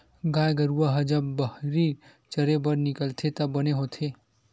गाय गरूवा ह जब बाहिर चरे बर निकलथे त बने होथे